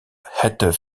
het